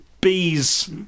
bees